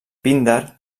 píndar